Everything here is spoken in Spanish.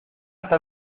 hasta